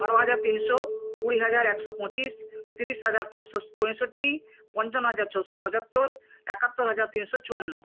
বারো হাজার তিনশো কুড়ি হাজার একশো পঁচিশ তিরিশ হাজার পাঁচশো পঁয়ষট্টি পঞ্চান্ন হাজার ছশো পঁচাত্তর একাত্তর হাজার তিনশো চুয়ান্ন